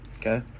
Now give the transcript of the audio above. okay